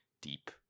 deep